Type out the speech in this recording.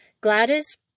Gladys